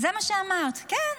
זה מה שאמרת, כן.